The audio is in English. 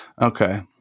Okay